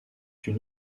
une